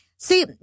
See